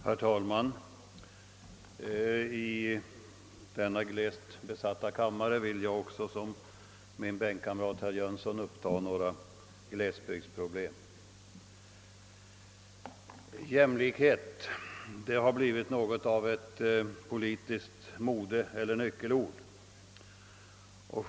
Herr talman! I denna glest besatta kammare vill jag liksom min bänkkamrat herr Jönsson i Ingemarsgården ta upp några glesbygdsproblem. Jämlikhet har blivit något av ett politiskt modeeller nyckelord.